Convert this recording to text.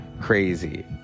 crazy